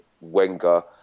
Wenger